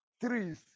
trees